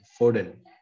Foden